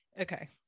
okay